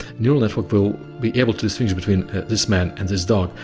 neural network will be able to distinguish between this man and this dog,